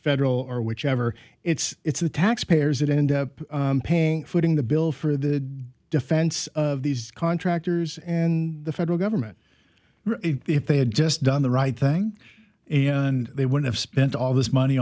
federal or whichever it's the taxpayers that end up paying footing the bill for the defense of these contractors and the federal government if they had just done the right thing and they would have spent all this money